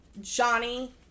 Johnny